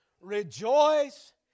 rejoice